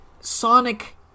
Sonic